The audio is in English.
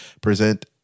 present